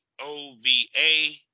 O-V-A